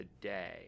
today